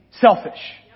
selfish